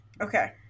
Okay